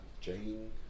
Jane